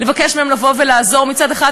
לבקש מהם לבוא ולעזור מצד אחד,